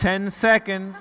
ten seconds